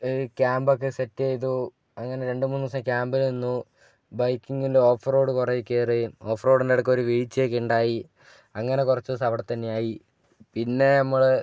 ക്യാമ്പൊക്കെ set ചെയ്തു അങ്ങനെ രണ്ട് മൂന്ന് ദിവസം ക്യാമ്പിൽ നിന്നു ബൈക്കിങ്ങിൻ്റെ ഓഫ്റോഡ് കുറെ കേറി ഓഫ്റോഡിൻ്റെ അടുക്കെ ഒരു വീഴ്ചയൊക്കെ ഉണ്ടായി അങ്ങനെ കുറച്ച് ദിവസം അവിടെ തന്നെയായി പിന്നെ നമ്മള്